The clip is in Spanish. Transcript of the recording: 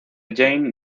jane